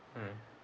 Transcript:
mm